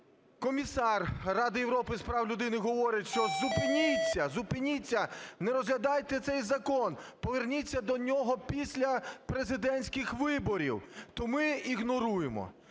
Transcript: Комісар Ради Європи з прав людини говорить, що зупиніться, зупиняться, не розглядайте цей закон, поверніться до нього після президентських виборів, то ми ігноруємо.